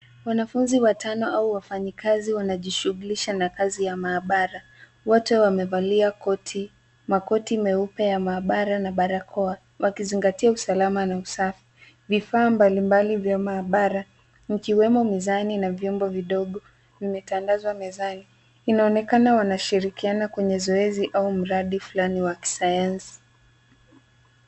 Wanafunzi watano au wafanyikazi wanajishughulisha na kazi ya maabara. Wote wamevalia makoti meupe ya maabara na barakoa. Wakizingatia usalama na usafi. Vifaa mbalimbali vya maabara ikiwemo mizani na vyombo vidogo vimetandazwa mezani. Inaonekana wanashirikiana kwenye zoezi au mradi fulani wa kisayansi.